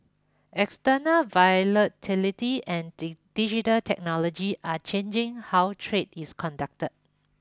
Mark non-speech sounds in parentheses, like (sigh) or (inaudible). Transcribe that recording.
external volatility and (unintelligible) digital technology are changing how trade is conducted